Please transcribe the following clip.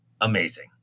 amazing